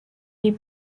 des